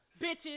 bitches